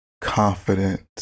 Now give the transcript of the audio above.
confident